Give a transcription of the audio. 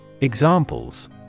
Examples